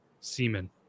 semen